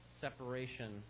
separation